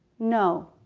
know.